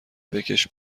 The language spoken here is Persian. بکـش